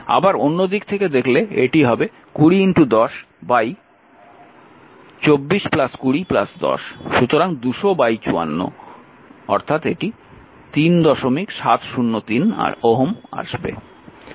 আবার অন্য দিক থেকে দেখলে এটি হবে 201024 20 10 সুতরাং 20054 3703 Ω আসবে